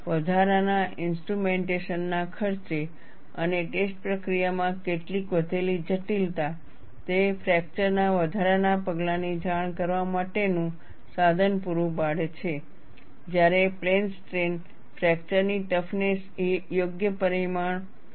વધારાના ઇન્સ્ટ્રુમેન્ટેશન ના ખર્ચે અને ટેસ્ટ પ્રક્રિયામાં કેટલીક વધેલી જટિલતા તે ફ્રેક્ચર ના વધારાના પગલાંની જાણ કરવા માટેનું સાધન પૂરું પાડે છે જ્યારે પ્લેન સ્ટ્રેન ફ્રેક્ચરની ટફનેસ એ યોગ્ય પરિમાણ નથી